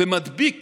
ומדביק